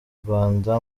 rwanda